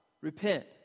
Repent